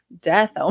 death